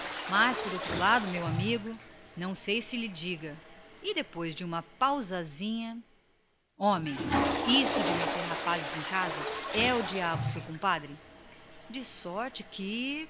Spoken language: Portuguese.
mas por outro lado meu amigo não sei o que lhe diga e depois de uma pausa em que o outro não falou homem seu compadre isto de meter rapazes em casa é o diabo de sorte que